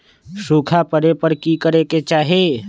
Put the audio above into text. सूखा पड़े पर की करे के चाहि